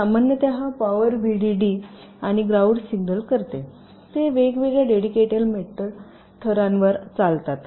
तर सामान्यत power VDD आणि ग्राउंड सिग्नल करते ते वेगळ्या डेडिकेटेड मेटल थरांवर चालतात